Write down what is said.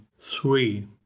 three